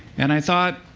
and i thought,